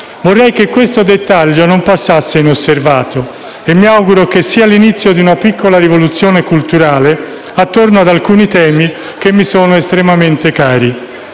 Vorrei che questo dettaglio non passasse inosservato e mi auguro che sia l'inizio di una piccola rivoluzione culturale attorno ad alcuni temi che mi sono estremamente cari.